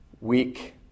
weak